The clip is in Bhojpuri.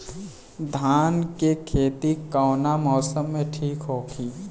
धान के खेती कौना मौसम में ठीक होकी?